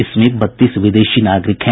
इसमें बत्तीस विदेशी नागरिक हैं